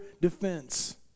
defense